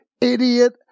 Idiot